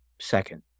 second